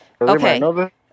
Okay